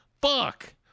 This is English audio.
Fuck